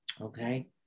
okay